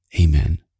amen